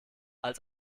als